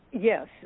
Yes